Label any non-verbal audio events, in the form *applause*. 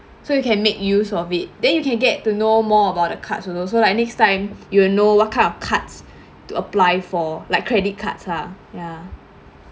so you can make use of it then you can get to know more about the cards also so like next time *noise* you'll know what kind of cards to apply for like credit cards lah ya